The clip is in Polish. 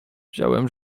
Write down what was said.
wziąłem